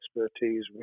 expertise